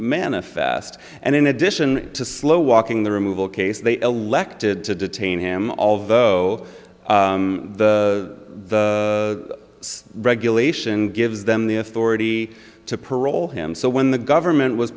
manifest and in addition to slow walking the removal case they elected to detain him although the regulation gives them the authority to parole him so when the government was